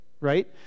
right